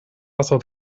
wasser